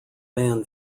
man